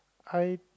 I